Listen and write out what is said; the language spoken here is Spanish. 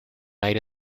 aire